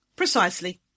Precisely